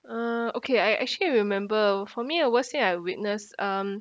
uh okay I actually I remember for me I won't say I witness um